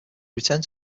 returned